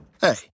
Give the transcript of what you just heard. Hey